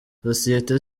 sosiyete